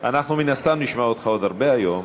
אנחנו מן הסתם נשמע אותך עוד הרבה היום.